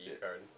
card